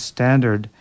Standard